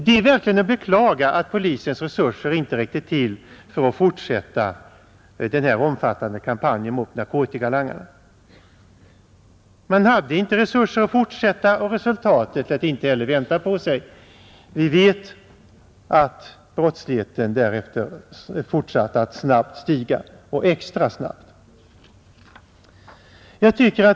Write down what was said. Det är verkligen att beklaga att polisens resurser inte räckte till för att fortsätta denna omfattande kampanj mot narkotikalangarna. Man hade inte resurser att fortsätta, och resultatet lät heller inte vänta på sig. Vi vet att brottsligheten därefter fortsatt att stiga extra snabbt.